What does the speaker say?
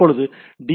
இப்போது டி